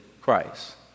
Christ